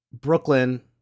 Brooklyn